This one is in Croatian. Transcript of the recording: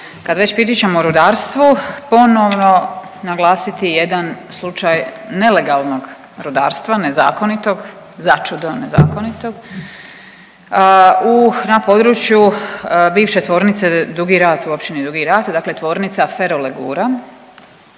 kad već pričamo o rudarstvu, ponovno naglasiti jedan slučaj nelegalnog rudarstva, nezakonitog, začudo, nezakonitog u, na području bivše tvornice Dugi Rat u Općini Dugi Rat, dakle tvornica Ferolegura